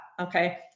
Okay